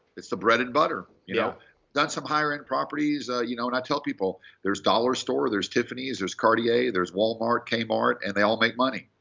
it's the bread and butter. yeah that's some higher-end properties. you know and i tell people, there's dollar store, there's tiffany's, there's cartier, there's wal-mart, k mart, and they all make money.